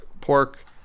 pork